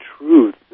truth